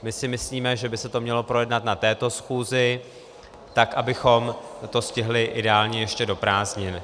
My si myslíme, že by se to mělo projednat na této schůzi tak, abychom to stihli ideálně ještě do prázdnin.